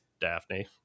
daphne